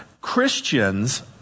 Christians